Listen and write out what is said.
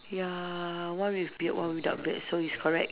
ya one with beard one without beard so it's correct